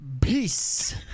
Peace